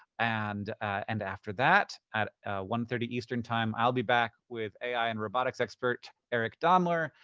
and and after that, at one thirty eastern time, i'll be back with ai and robotics expert, eric daimler.